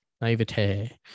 naivete